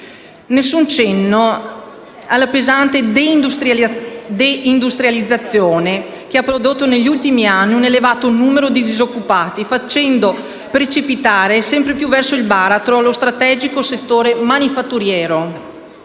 Nessun cenno si rileva alla pesante deindustrializzazione che ha prodotto negli ultimi anni un elevato numero di disoccupati, facendo precipitare sempre più verso il baratro lo strategico settore manifatturiero.